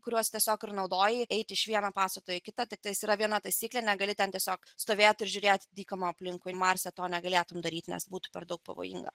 kuriuos tiesiog ir naudoji eit iš vieno pastato į kitą tiktais yra viena taisyklė negali ten tiesiog stovėt ir žiūrėt dykumą aplinkui marse to negalėtum daryt nes būtų per daug pavojinga